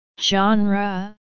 Genre